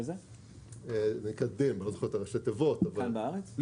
--- לא בארץ,